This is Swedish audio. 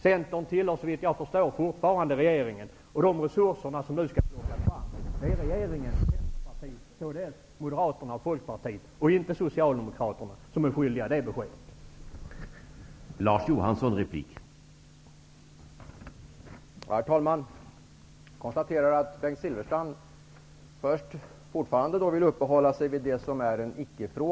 Centern tillhör, såvitt jag förstår, fortfarande regeringen. Det är regeringen, dvs. Centerpartiet, kds, Socialdemokraterna, som är skyldiga beskedet hur resurserna skall tas fram.